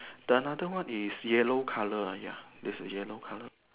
the another one is yellow colour ya there's a yellow colour